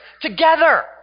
together